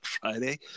Friday